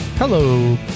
Hello